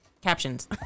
Captions